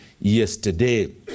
yesterday